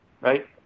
Right